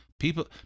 people